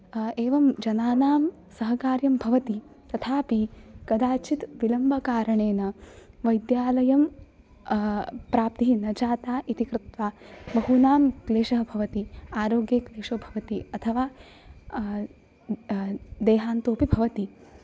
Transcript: एवं जनानां सहकार्यं भवति तथापि कदाचित् विलम्बकारणेन वैद्यालयं प्राप्तिः न जाता इति कृत्वा बहूनां क्लेशः भवति आरोग्ये क्लेशो भवति अथवा देहान्तोऽपि भवति